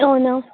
అవునా